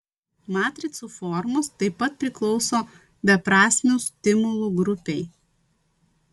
matricų formos taip pat priklauso beprasmių stimulų grupei